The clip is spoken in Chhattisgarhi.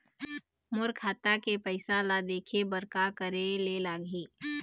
मोर खाता के पैसा ला देखे बर का करे ले लागही?